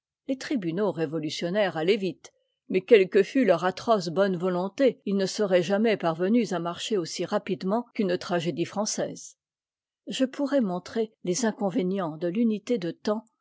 les tribunaux révolutionnaires allaient vite mais quelle que fût leur atroce bonne volonté ils ne seraient jamais parvenus à marcher aussi rapidement qu'une tragédie française je pourrais montrer les inconvénients de l'unité de temps